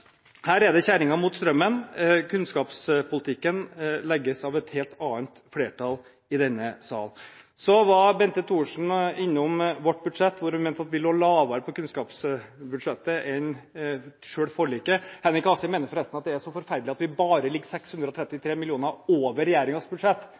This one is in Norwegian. her er det kjerringa mot strømmen. Kunnskapspolitikken legges av et helt annet flertall i denne sal. Bente Thorsen var innom vårt budsjett. Hun mente at vi lå lavere på kunnskapsbudsjettet enn selv forliket gjorde. Henrik Asheim mener forresten at det er så forferdelig at vi «bare» ligger 633 mill. kr over regjeringens budsjett, og